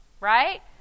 Right